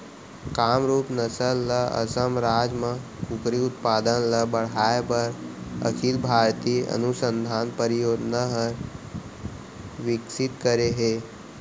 कामरूप नसल ल असम राज म कुकरी उत्पादन ल बढ़ाए बर अखिल भारतीय अनुसंधान परियोजना हर विकसित करे हे